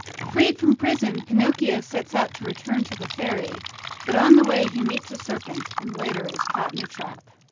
freed from prison, pinocchio sets out to return to the fairy but on the way he meets a serpent and later is caught in a trap.